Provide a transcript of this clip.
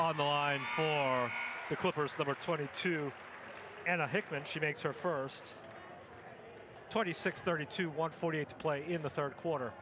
line on the clippers that are twenty two and a hickman she makes her first twenty six thirty two one forty eight to play in the third quarter